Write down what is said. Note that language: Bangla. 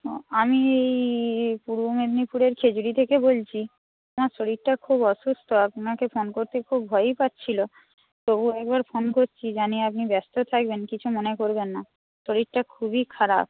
ও আমি এই পূর্ব মেদিনীপুরের খেজুরি থেকে বলছি শরীরটা খুব অসুস্থ আপনাকে ফোন করতে খুব ভয়ই পাচ্ছিল তবু একবার ফোন করছি জানি আপনি ব্যস্ত থাকবেন কিছু মনে করবেন না শরীরটা খুবই খারাপ